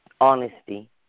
honesty